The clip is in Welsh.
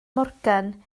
morgan